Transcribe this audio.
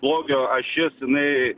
blogio ašis jinai